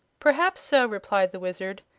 perhaps so, replied the wizard.